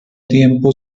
tiempo